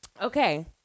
okay